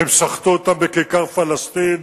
הם שחטו אותם בכיכר פלסטין,